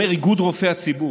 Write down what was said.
איגוד רופאי הציבור,